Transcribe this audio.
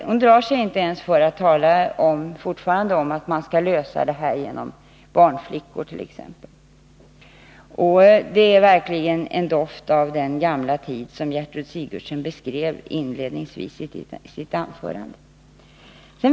Hon drar sig inte ens för att fortfarande tala om att man skall lösa barntillsynen genom att t.ex. anställa barnflickor. Det är verkligen en doft av den gamla tiden, som Gertrud Sigurdsen inledningsvis beskrev i sitt anförande.